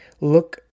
look